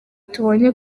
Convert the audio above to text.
tubonye